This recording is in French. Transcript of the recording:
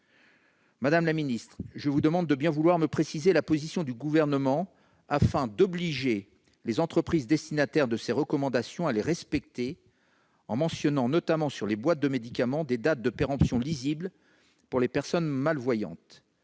les fabricants. Je vous demande de bien vouloir me préciser la position du Gouvernement. Il convient d'obliger les entreprises destinataires de ces recommandations à les respecter, notamment en mentionnant sur les boîtes de médicaments des dates de péremption lisibles pour les personnes malvoyantes.